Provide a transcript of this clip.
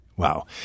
Wow